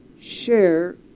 share